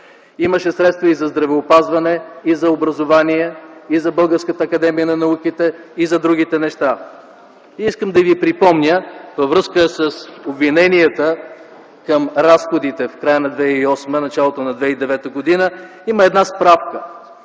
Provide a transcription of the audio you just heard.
имаше средства и за здравеопазване, и за образование, и за Българската академия на науките, и за другите неща. Искам да Ви припомня във връзка с обвиненията към разходите в края на 2008 г. – началото на 2009 г. има една справка